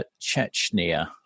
chechnya